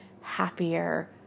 happier